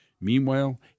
Meanwhile